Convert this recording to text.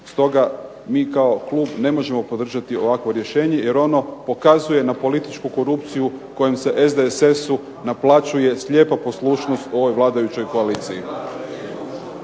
Stoga, mi kao klub ne možemo podržati ovako rješenje jer ono pokazuje na političku korupciju kojem se SDSS-u naplaćuje slijepa poslušnost ovoj vladajućoj koaliciji.